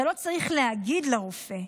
אתה לא צריך להגיד לרופא: